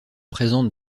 présente